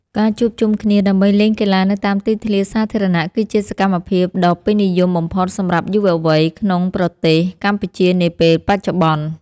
ការជួបជុំគ្នាដើម្បីលេងកីឡានៅតាមទីធ្លាសាធារណៈគឺជាសកម្មភាពដ៏ពេញនិយមបំផុតសម្រាប់យុវវ័យក្នុងប្រទេសកម្ពុជានាពេលបច្ចុប្បន្ន។